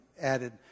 added